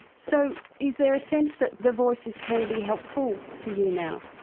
so is there a sense that the voices can be helpful for you now?